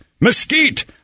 mesquite